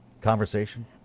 conversation